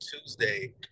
Tuesday